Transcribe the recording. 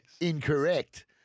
Incorrect